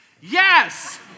Yes